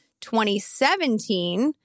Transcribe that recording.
2017—